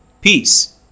Peace